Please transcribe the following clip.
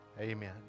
Amen